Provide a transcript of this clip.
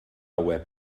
web